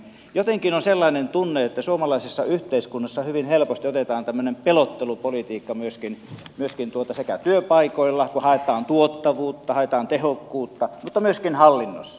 jotenkin on sellainen tunne että suomalaisessa yhteiskunnassa hyvin helposti otetaan tämmöinen pelottelupolitiikka sekä työpaikoilla kun haetaan tuottavuutta haetaan tehokkuutta että myöskin hallinnossa